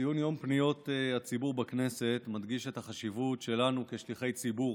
ציון יום פניות הציבור בכנסת מדגיש את החשיבות שלנו כשליחי ציבור,